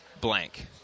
blank